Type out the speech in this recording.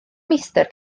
meistr